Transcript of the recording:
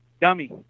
dummy